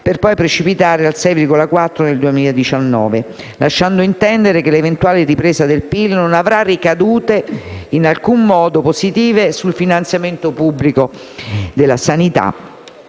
per poi precipitare al 6,4 per cento nel 2019, lasciando intendere che l'eventuale ripresa del PIL non avrà ricadute in alcun modo positive sul finanziamento pubblico della sanità